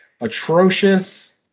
Atrocious